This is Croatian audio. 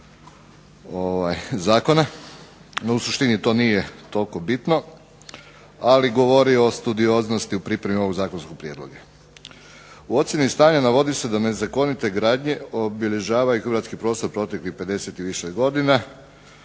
zakona. U suštini to nije toliko bitno, ali govori o studioznosti u pripremi ovog zakonskog prijedloga. U ocjeni stanja navodi se da nezakonite gradnje obilježavaju hrvatski prostor proteklih 50 i više godina.